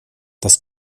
das